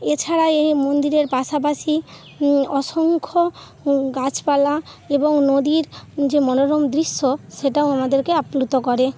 এছাড়া এ মন্দিরের পাশাপাশি অসংখ্য গাছপালা এবং নদীর যে মনোরম দৃশ্য সেটাও আমাদেরকে আপ্লুত করে